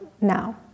now